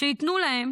שיתנו להן